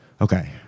Okay